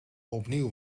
opnieuw